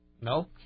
No